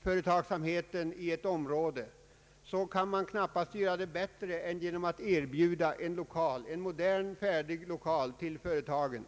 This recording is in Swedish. företagsamheten i ett område, kan det väl knappast göras bättre än genom att erbjuda företagen moderna och färdiga lokaler.